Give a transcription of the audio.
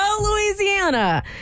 Louisiana